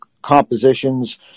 compositions